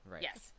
Yes